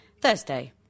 Thursday